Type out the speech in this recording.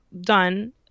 done